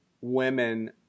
women